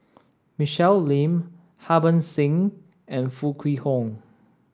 Michelle Lim Harbans Singh and Foo Kwee Horng